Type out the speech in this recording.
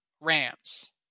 Rams